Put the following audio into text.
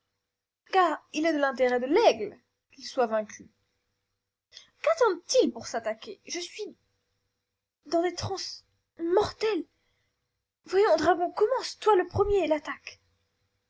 car il est de l'intérêt de l'aigle qu'il soit vaincu quattendent ils pour s'attaquer je suis dans des transes mortelles voyons dragon commence toi le premier l'attaque